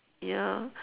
ya